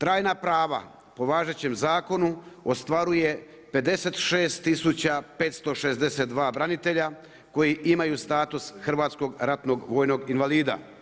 Trajna prava po važećem zakonu ostvaruje 56 562 branitelja koji imaju status hrvatskog ratnog vojnog invalida.